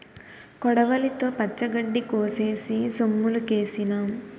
కొడవలితో పచ్చగడ్డి కోసేసి సొమ్ములుకేసినాం